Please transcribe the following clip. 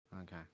Okay